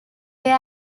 their